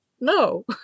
no